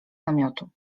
namiotu